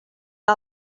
que